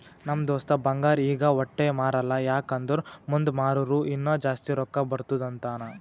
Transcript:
ನಮ್ ದೋಸ್ತ ಬಂಗಾರ್ ಈಗ ವಟ್ಟೆ ಮಾರಲ್ಲ ಯಾಕ್ ಅಂದುರ್ ಮುಂದ್ ಮಾರೂರ ಇನ್ನಾ ಜಾಸ್ತಿ ರೊಕ್ಕಾ ಬರ್ತುದ್ ಅಂತಾನ್